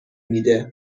میده